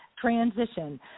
transition